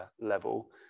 level